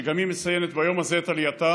גם היא מציינת ביום הזה את עלייתה.